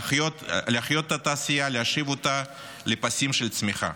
להחיות את התעשייה, להשיב אותה לפסים של צמיחה.